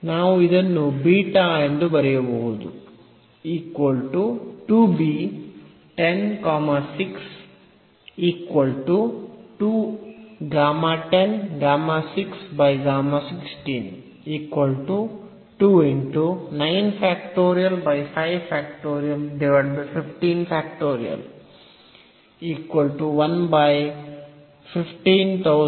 ನಾವು ಇದನ್ನು ಬೀಟಾ ಎಂದು ಬರೆಯಬಹುದು